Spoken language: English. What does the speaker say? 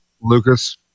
Lucas